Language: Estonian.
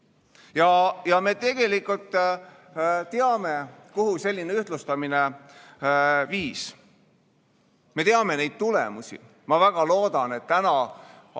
ühtlustame. Me teame, kuhu selline ühtlustamine viis. Me teame neid tulemusi. Ma väga loodan, et täna